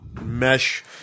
mesh